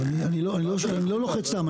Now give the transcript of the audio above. אני לא לוחץ סתם,